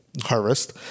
harvest